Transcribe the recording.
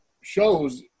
shows